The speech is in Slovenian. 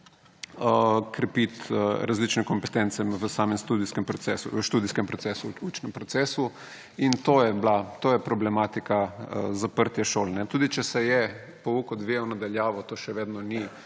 krepiti različne kompetence v samem študijskem procesu, učnem procesu. In to je problematika zaprtja šol. Tudi če se je pouk odvijal na daljavo, to še vedno ni